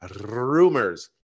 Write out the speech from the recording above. rumors